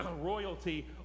royalty